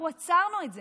אנחנו עצרנו את זה.